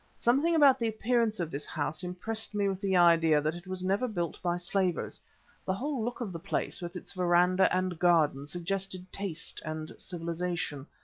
something about the appearance of this house impressed me with the idea that it was never built by slavers the whole look of the place with its verandah and garden suggested taste and civilisation.